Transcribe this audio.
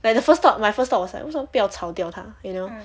like the first thought my first thought was like 为什么不要炒掉他 you know